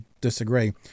disagree